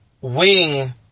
Wing